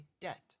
debt